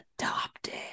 adopted